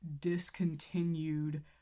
discontinued